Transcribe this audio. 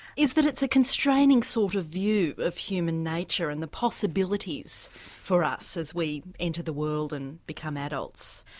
is that it's a constraining sort of view of human nature and the possibilities for us as we enter the world and become adults.